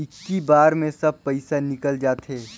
इक्की बार मे सब पइसा निकल जाते?